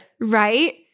Right